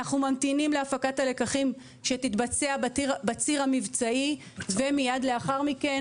אנחנו ממתינים להפקת הלקחים שתתבצע בציר המבצעי ומיד לאחר מכן,